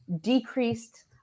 decreased